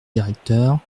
directeur